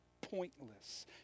pointless